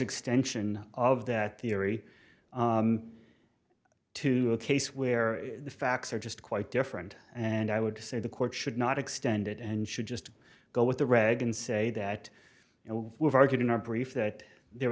extension of that theory to a case where the facts are just quite different and i would say the court should not extend it and should just go with the reg and say that you know we've argued in our brief that there